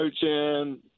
coaching